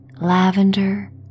lavender